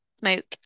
smoke